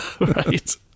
right